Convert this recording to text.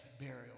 burial